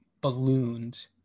ballooned